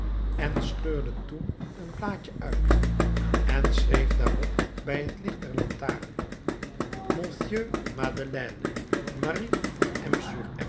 en scheurde toen een blaadje uit en schreef daarop bij het licht van den lantaarn m madeleine maire van